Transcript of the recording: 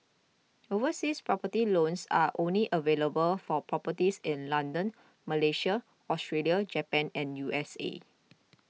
overseas property loans are only available for properties in London Malaysia Australia Japan and U S A